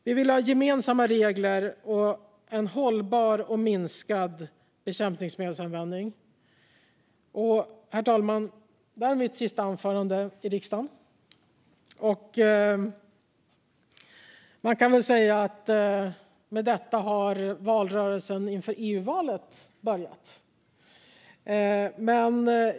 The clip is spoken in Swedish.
Vi vill ha gemensamma regler och en hållbar och minskad bekämpningsmedelsanvändning. Herr talman! Det här är mitt sista anförande i riksdagen. Man kan väl säga att valrörelsen inför EU-valet med detta har börjat.